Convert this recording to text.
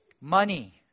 Money